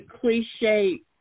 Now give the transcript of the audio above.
cliche